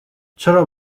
چرا